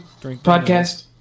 podcast